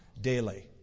daily